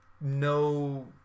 No